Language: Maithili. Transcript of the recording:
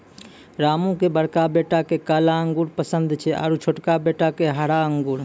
रामू के बड़का बेटा क काला अंगूर पसंद छै आरो छोटका बेटा क हरा अंगूर